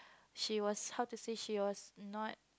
she was how to say she was annoyed